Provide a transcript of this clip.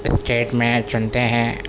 state میں چنتے ہیں